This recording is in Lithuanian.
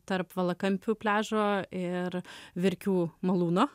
tarp valakampių pliažo ir verkių malūno